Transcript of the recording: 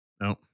no